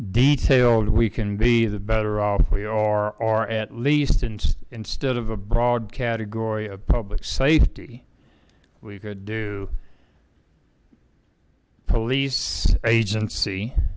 detailed we can be the better off we are or at least instead of a broad category of public safety we could do police